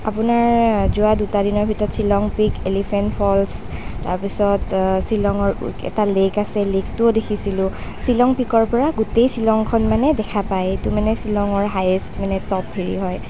আপোনাৰ যোৱা দুটা দিনৰ ভিতৰত শ্বিলং পিকছ এলিফেণ্ট ফ'লচ তাৰপিছত শ্বিলঙৰ এটা লেক আছে লেকটোৱো দেখিছিলোঁ শ্বিলং পিকৰ পৰা গোটেই শ্বিলংখন মানে দেখা পায় এইটো মানে শ্বিলঙৰ হাইয়েষ্ট মানে ট'প হেৰি হয়